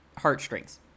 heartstrings